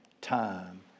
time